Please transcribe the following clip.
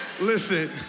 listen